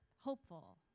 hopeful